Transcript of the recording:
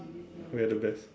we are the best